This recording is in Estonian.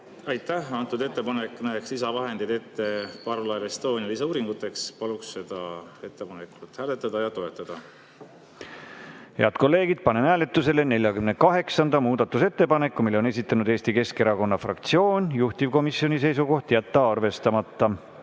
Aitäh! Antud ettepanek näeks ette lisavahendeid parvlaeva Estonia lisauuringuteks. Paluks seda ettepanekut hääletada ja toetada. Head kolleegid, panen hääletusele 48. muudatusettepaneku. Selle on esitanud Eesti Keskerakonna fraktsioon. Juhtivkomisjoni seisukoht on jätta arvestamata.